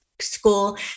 school